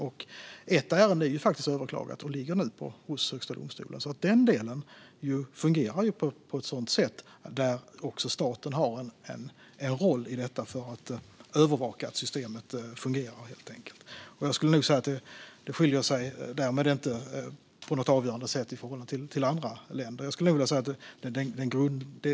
Ett av ärendena är faktiskt överklagat och ligger nu hos Högsta domstolen, så den delen fungerar på så sätt att staten har en roll när det gäller att övervaka att systemet fungerar. Jag skulle vilja säga att det inte finns någon avgörande skillnad i förhållande till andra länder.